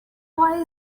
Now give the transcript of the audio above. why